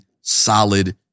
solid